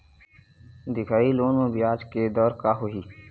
दिखाही लोन म ब्याज के दर का होही?